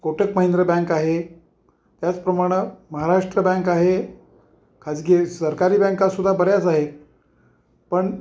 Kotak Mahindra bank आहे त्याचप्रमाणे Maharashtra bank आहे खाजगी सरकारी बँकासुद्धा बऱ्याच आहे पण